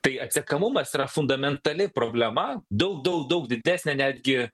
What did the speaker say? tai atsekamumas yra fundamentali problema daug daug daug didesnė netgi